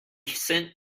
sent